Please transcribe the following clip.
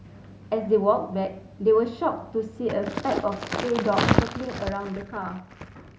as they walked back they were shocked to see a spake of stray dogs circling around the car